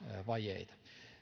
vajeita